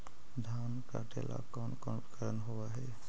धान काटेला कौन कौन उपकरण होव हइ?